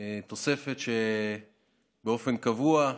תוספת שבאופן קבוע,